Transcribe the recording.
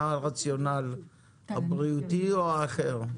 מה הרציונל הבריאותי או האחר?